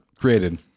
created